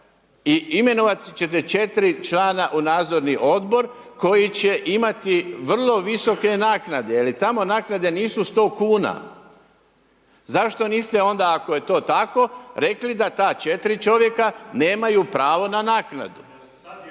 i imenovati ćete 4 člana u Nadzorni odbor koji će imati vrlo visoke naknade jer tamo naknade nisu 100,00 kn. Zašto niste onda, ako je to tako, rekli da ta 4 čovjeka Sad je tamo ali